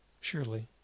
surely